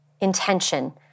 intention